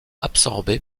absorbée